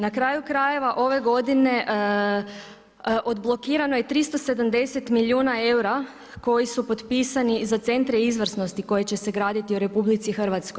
Na kraju krajeva ove godine odblokirano je 370 milijuna eura koji su potpisani za centre izvrsnosti koji će se graditi u RH.